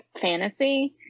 fantasy